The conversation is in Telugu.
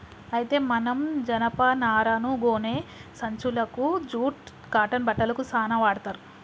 అయితే మనం జనపనారను గోనే సంచులకు జూట్ కాటన్ బట్టలకు సాన వాడ్తర్